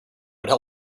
would